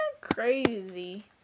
crazy